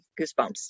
goosebumps